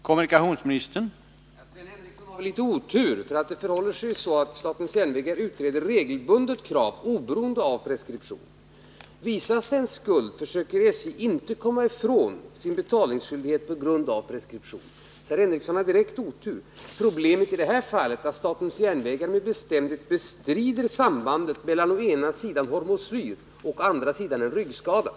Herr talman! Sven Henricsson har litet otur. SJ utreder nämligen regelbundet krav oberoende av lagen om preskription. Visar det sig att SJ bär skulden för någon skada, försöker SJ inte komma ifrån sin betalningsskyldighet på grund av preskription. Problemet i det nu åberopade fallet är att SJ med bestämdhet bestrider samband mellan å ena sidan hormoslyr och å andra sidan en ryggskada.